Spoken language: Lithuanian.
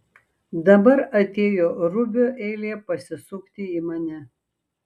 dabar atėjo rubio eilė pasisukti į mane